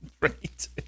Right